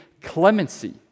clemency